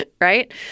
right